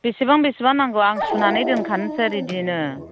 बेसेबां बेसेबां नांगौ आं सुनानै दोनखानोसै रेडिनो